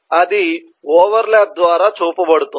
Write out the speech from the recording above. అది overlap ద్వారా చూపబడుతుంది